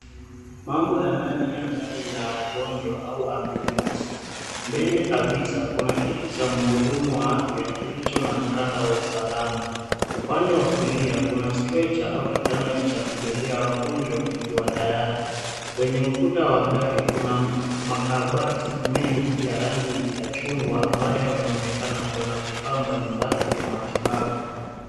Mambo ya ndani ya gari la wagonjwa au ambulensi. Mbele kabisa kuna kiti cha mhudumu wa afya kilicho na mkanda wa usalama. Upande wa kulia kuna stretcher , au kitanda cha kubebea wagonjwa kikiwa tayari. Kwenye ukuta wa gari kuna makabati mengi ya rangi ya chungwa, ambayo yanaonekana kuwa na vifaa mbalimbali vya matibabu.